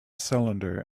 cylinder